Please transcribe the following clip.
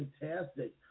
Fantastic